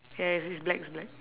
ya it's it's black it's black